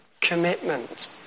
commitment